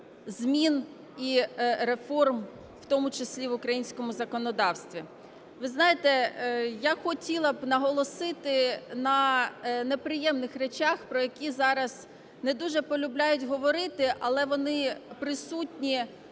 змін і реформ, в тому числі в українському законодавстві. Ви знаєте, я хотіла б наголосити на неприємних речах, про які зараз не дуже полюбляють говорити, але вони присутні